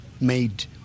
made